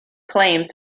claims